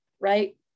right